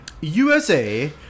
USA